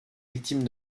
victime